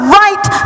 right